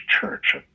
Church